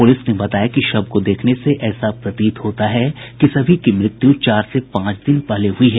police ने बताया कि शव को देखने पर ऐसा प्रतीत होता है कि सभी की मृत्यु चार से पांच दिन पहले हुई है